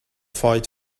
fight